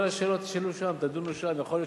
כל השאלות, תשאלו שם, תדונו שם.